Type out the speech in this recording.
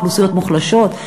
אוכלוסיות מוחלשות.